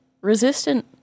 resistant